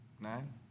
Nine